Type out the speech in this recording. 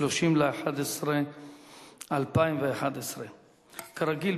30 בנובמבר 2011. כרגיל,